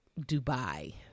dubai